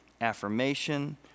affirmation